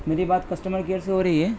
میری بات customer care سے ہو رہی ہے